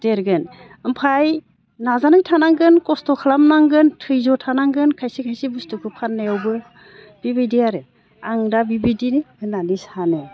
देरगोन ओमफाय नाजानाय थानांगोन खस्थ' खालामनांगोन धैज्य थानांगोन खायसे खायसे बुस्थुखो फाननायावबो बिबायदि आरो आं दा बिबायदि होननानै सानो